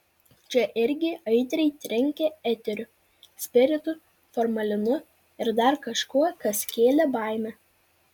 čia irgi aitriai trenkė eteriu spiritu formalinu ir dar kažkuo kas kėlė baimę